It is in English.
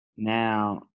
Now